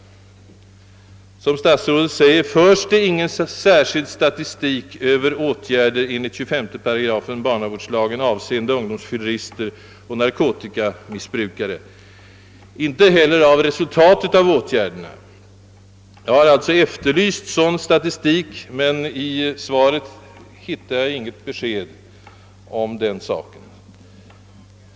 Som statsrådet sade förs det ingen särskild statistik över åtgärder enligt 25 § barnavårdslagen avseende ungdomsfyllerister och narkotikamissbrukare och inte heller över resultatet av åtgärderna. Jag har efterlyst sådan statistik, men i svaret lämnas inget besked om den saken.